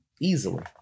easily